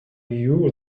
you